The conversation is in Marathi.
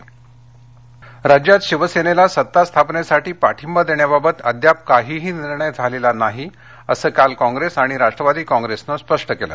राजकीय पत्रकार परिषद राज्यात शिवसेनेला सत्तास्थापनेसाठी पाठिंबा देण्याबाबत अद्याप काहीही निर्णय झालेला नाही असं काल काँग्रेस आणि राष्ट्रवादी काँग्रेसनं स्पष्ट केलं